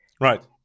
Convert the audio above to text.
right